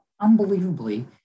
unbelievably